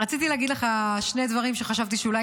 רציתי להגיד לך שני דברים שחשבתי שאולי